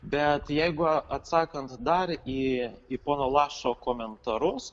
bet jeigu atsakant dar į į pono lašo komentarus